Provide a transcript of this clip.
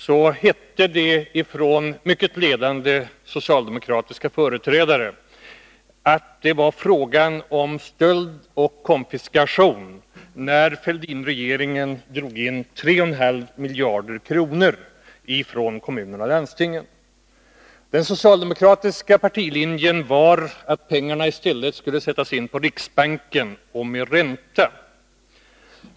Då hette det från mycket ledande socialdemokratiska företrädare att det var fråga om stöld och konfiskation när Fälldinregeringen drog in 3,5 miljarder kronor från kommuner och landsting. Den socialdemokratiska partilinjen var den att pengarnaii stället skulle sättas in på riksbanken mot ränta.